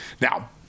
Now